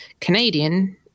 Canadian